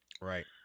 Right